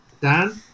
Dan